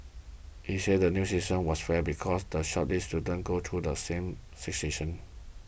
he said the new system was fair because the shortlisted students go through the same stations